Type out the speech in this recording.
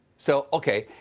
so okay.